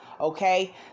okay